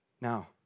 Now